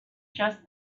just